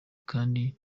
kandi